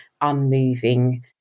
unmoving